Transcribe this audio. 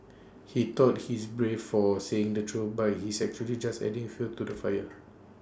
he thought he is brave for saying the truth but he is actually just adding fuel to the fire